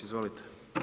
Izvolite.